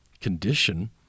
condition